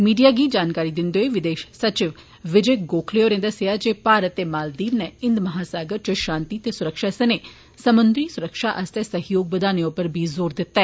media गी जानकारी दिन्दे होई विदेष सचिव विजय गोखले होरें दस्सेया जे भारत ते मालदीव नै हिन्द महासागर इच षान्ति ते सुरक्षा सने समुन्द्री सुरक्षा आस्तै सहयोग बदाने उप्पर बी बल दित्ता